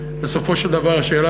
בסופו של דבר השאלה,